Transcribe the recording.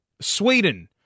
Sweden